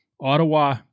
Ottawa